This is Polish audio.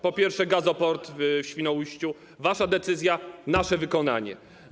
Po pierwsze, gazoport w Świnoujściu - wasza decyzja, nasze wykonanie.